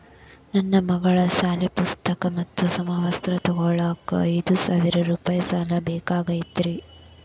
ನನ್ನ ಮಗಳ ಸಾಲಿ ಪುಸ್ತಕ್ ಮತ್ತ ಸಮವಸ್ತ್ರ ತೊಗೋಳಾಕ್ ಐದು ಸಾವಿರ ರೂಪಾಯಿ ಸಾಲ ಬೇಕಾಗೈತ್ರಿ